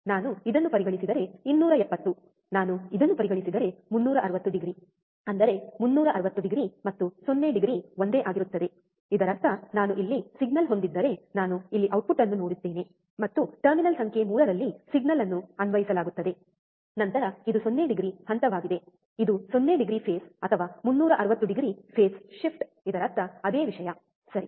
ನಾನು ಇದನ್ನು ಪರಿಗಣಿಸಿದರೆ 270 ನಾನು ಇದನ್ನು ಪರಿಗಣಿಸಿದರೆ 360ಡಿಗ್ರಿ ಅಂದರೆ 360ಡಿಗ್ರಿ ಮತ್ತು 0ಡಿಗ್ರಿ ಒಂದೇ ಆಗಿರುತ್ತದೆ ಇದರರ್ಥ ನಾನು ಇಲ್ಲಿ ಸಿಗ್ನಲ್ ಹೊಂದಿದ್ದರೆ ನಾನು ಇಲ್ಲಿ ಔಟ್ಪುಟ್ ಅನ್ನು ನೋಡುತ್ತೇನೆ ಮತ್ತು ಟರ್ಮಿನಲ್ ಸಂಖ್ಯೆ 3 ಕ್ಕೆ ಸಿಗ್ನಲ್ ಅನ್ನು ಅನ್ವಯಿಸಲಾಗುತ್ತದೆ ನಂತರ ಇದು 0 ಡಿಗ್ರಿ ಹಂತವಾಗಿದೆ ಇದು 0 ಫೇಸ್ ಅಥವಾ 360ಡಿಗ್ರಿ ಫೇಸ್ ಶಿಫ್ಟ್ ಇದರರ್ಥ ಅದೇ ವಿಷಯ ಸರಿ